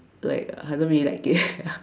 like I don't really like it